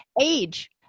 age